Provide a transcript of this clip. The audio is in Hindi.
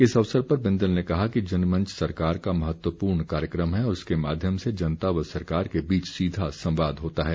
इस अवसर पर बिंदल ने कहा कि जनमंच सरकार का महत्वपूर्ण कार्यक्रम है और इसके माध्यम से जनता व सरकार के बीच सीधा संवाद होता है